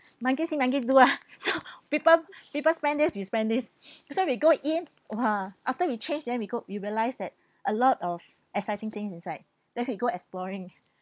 monkey see monkey do ah so people people spend this we spend this so we go in !wah! after we change then we go we realize that a lot of exciting things inside then we go exploring